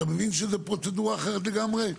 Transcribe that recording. אתה מבין שזו פרוצדורה אחרת לגמרי?